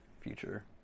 future